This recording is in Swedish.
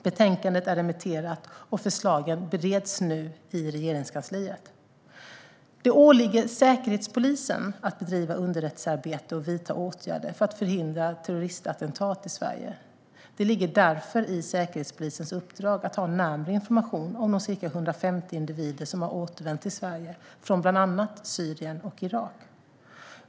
Betänkandet är remitterat, och förslagen bereds nu i Regeringskansliet. Det åligger Säkerhetspolisen att bedriva underrättelsearbete och vidta åtgärder för att förhindra terroristattentat i Sverige. Det ligger därför i Säkerhetspolisens uppdrag att ha närmare information om de cirka 150 individer som har återvänt till Sverige från bland annat Syrien och Irak.